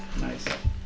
Nice